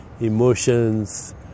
emotions